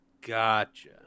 Gotcha